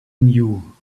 knew